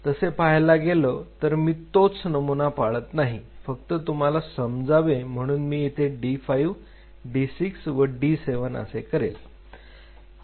तसे पाहायला गेले तर मी तोच नमुना पाळत नाही फक्त तुम्हाला समजावे म्हणून मी येथे d 5 d 6 d 7 असे करेल